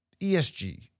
ESG